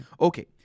Okay